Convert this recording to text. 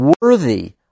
worthy